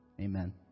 Amen